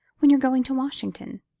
when you're going to washington?